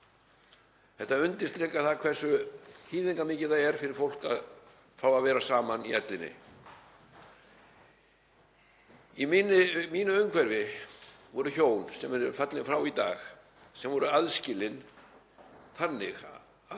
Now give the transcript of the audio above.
Þetta undirstrikar það hversu þýðingarmikið það er fyrir fólk að fá að vera saman í ellinni. Í mínu umhverfi voru hjón, sem eru fallin frá í dag, sem voru aðskilin þannig að